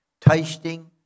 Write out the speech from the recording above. tasting